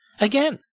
again